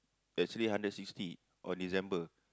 the three hundred sixty on December